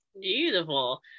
beautiful